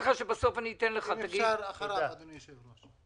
הוא מציע הצעה פשוטה.